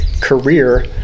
career